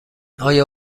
آیا